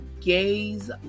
gaze